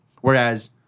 Whereas